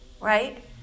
right